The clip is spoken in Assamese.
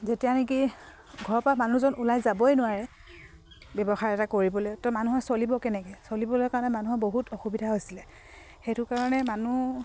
যেতিয়া নেকি ঘৰৰপৰা মানুহজন ওলাই যাবই নোৱাৰে ব্যৱসায় এটা কৰিবলৈ তো মানুহে চলিব কেনেকৈ চলিবলৈ কাৰণে মানুহৰ বহুত অসুবিধা হৈছিলে সেইটো কাৰণে মানুহ